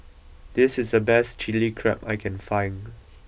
this is the best Chili Crab that I can find